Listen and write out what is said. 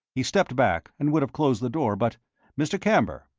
he stepped back, and would have closed the door, but mr. camber,